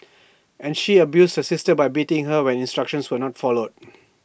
and she abused the sister by biting her when instructions were not followed